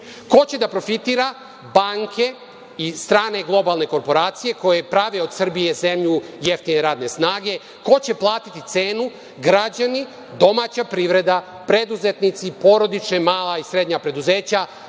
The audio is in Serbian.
Ko će da profitira? Banke i strane globalne korporacije koje prave od Srbije zemlju jeftine radne snage. Ko će platiti cenu? Građani, domaća privreda, preduzetnici, porodična i mala i srednja preduzeća,